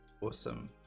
Awesome